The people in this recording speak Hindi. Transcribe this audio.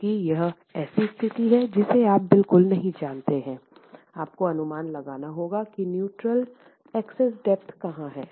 क्योंकि वह ऐसी चीज है जिसे आप बिल्कुल नहीं जानते हैं आपको अनुमान लगाना होगा कि न्यूट्रल एक्सेस डेप्थ कहां है